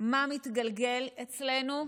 מה מתגלגל אצלנו.